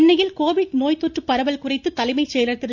சென்னையில் கோவிட் நோய் தொற்று பரவல் குறித்து தலைமை செயலர் திரு